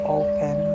open